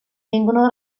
vengono